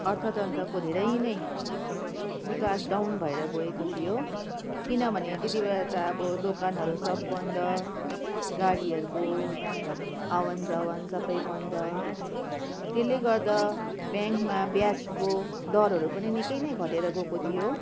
अर्थतन्त्रको धेरै नै विकास डाउन भएर गएको थियो किनभने त्यतिबेला त अब दोकानहरू सब बन्द गाडीहरूको आवतजावत सबै बन्द त्यसले गर्दा ब्याङ्कमा ब्याजको दरहरू पनि निकै नि घटेर गएको थियो